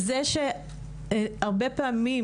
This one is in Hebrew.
זה שהרבה פעמים